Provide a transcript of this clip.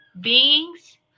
beings